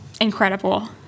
Incredible